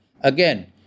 Again